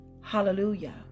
Hallelujah